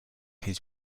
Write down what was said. his